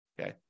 Okay